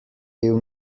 bil